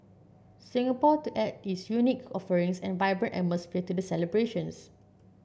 Singapore to add its unique offerings and vibrant atmosphere to the celebrations